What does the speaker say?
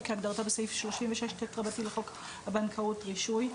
כהגדרתו בסעיף 36ט לחוק הבנקאות (רישוי)".